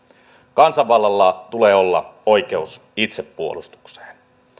kansanvallalla tulee olla oikeus itsepuolustukseen